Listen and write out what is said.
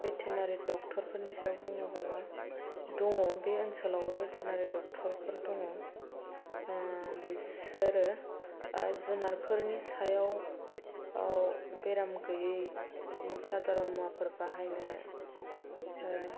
veterinary ड'क्टरफोरनि सायाव बुङोब्ला दङ बे ओनसोलाव भेटेरिनेरि ड'क्टरफोर दङ बिसोरो जुनारफोरनि सायाव औ बेराम गैयि साधारन मुवाफोर बाहायनो